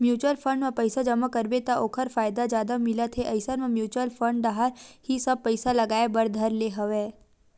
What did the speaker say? mutual fund म पइसा जमा करबे त ओखर फायदा जादा मिलत हे इसन म म्युचुअल फंड डाहर ही सब पइसा लगाय बर धर ले हवया